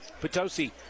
Potosi